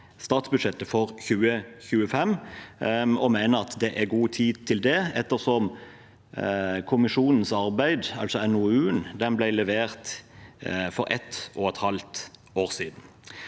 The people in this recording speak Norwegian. statsbudsjettet for 2025. Vi mener at det er god tid til det, ettersom kommisjonens arbeid, altså NOU-en, ble levert for et og et halvt år siden.